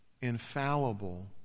infallible